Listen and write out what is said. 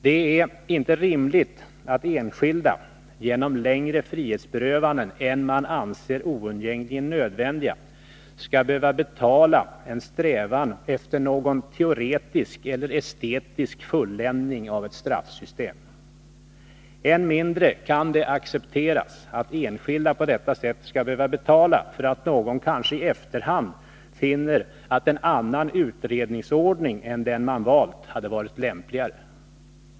Det är inte rimligt att enskilda genom längre frihetsberövanden än man anser oundgängligen nödvändiga skall behöva betala en strävan efter någon teoretisk eller estetisk fulländning av ett straffsystem. Än mindre kan det accepteras att enskilda på detta sätt skall behöva betala för att någon kanske i efterhand finner att en annan utredningsordning än den man valt hade varit lämpligare.